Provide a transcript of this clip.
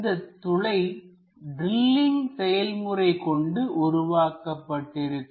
இந்தத் துளை ட்ரில்லிங் செயல்முறை கொண்டு உருவாக்கப்பட்டிருக்கும்